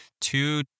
two